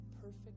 perfect